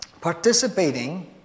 participating